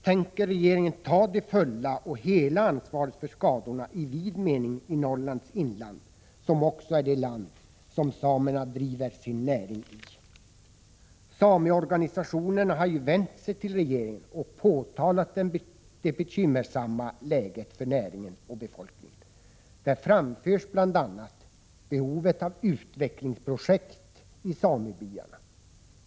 Tänker regeringen ta det fulla och hela ansvaret för skadorna i vid mening i Norrlands inland, som också är det land som samerna driver sin näring i? Sameorganisationerna har ju vänt sig till regeringen och påtalat det bekymmersamma läget för näringen och befolkningen. Där framförs bl.a. behovet av utvecklingsprojekt i samebyarna.